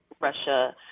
Russia